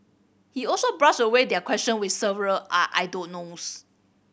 he also brushed away their question with several I don't knows